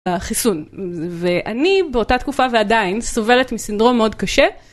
החיסון ואני באותה תקופה ועדיין סובלת מסינדרום מאוד קשה.